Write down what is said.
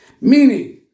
Meaning